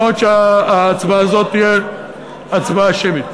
מה עוד שההצבעה הזאת תהיה הצבעה שמית.